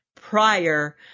prior